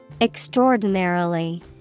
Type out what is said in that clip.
Extraordinarily